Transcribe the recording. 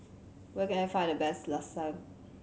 where can I find the best Lasagna